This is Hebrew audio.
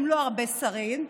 עם לא הרבה שרים,